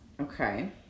Okay